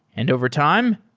and overtime,